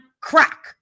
crack